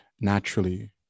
naturally